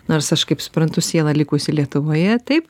nors aš kaip suprantu siela likusi lietuvoje taip